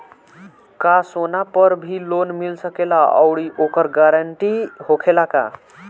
का सोना पर भी लोन मिल सकेला आउरी ओकर गारेंटी होखेला का?